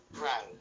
Right